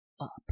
up